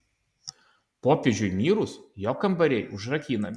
popiežiui mirus jo kambariai užrakinami